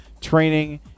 training